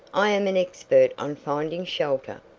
i am an expert on finding shelter!